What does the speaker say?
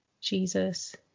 Jesus